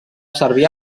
serví